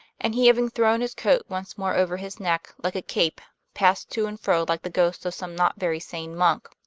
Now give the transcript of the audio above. and he, having thrown his coat once more over his neck, like a cape, passed to and fro like the ghost of some not very sane monk.